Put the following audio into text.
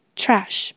trash